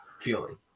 feeling